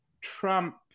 Trump